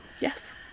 Yes